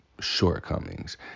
shortcomings